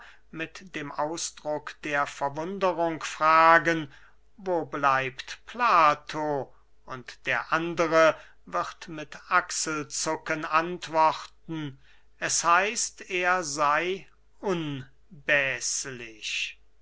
mit dem ausdruck der verwunderung fragen wo bleibt plato und der andere wird mit achselzucken antworten es heißt er sey